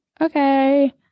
Okay